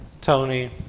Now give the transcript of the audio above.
Tony